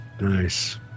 Nice